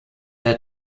der